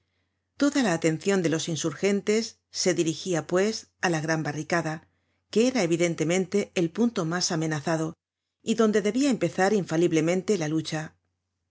toda la atencion de los insurgentes se dirigia pues á la gran barricada que era evidentemente el punto mas amenazado y donde debia empezar infaliblemente la lucha